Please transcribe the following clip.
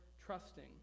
trusting